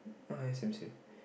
uh it's same same